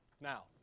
Now